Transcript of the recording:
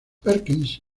perkins